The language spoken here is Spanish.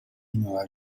nueva